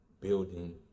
building